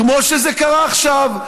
כמו שקרה עכשיו.